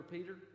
Peter